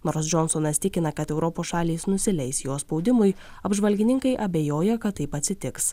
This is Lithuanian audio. nors džonsonas tikina kad europos šalys nusileis jo spaudimui apžvalgininkai abejoja kad taip atsitiks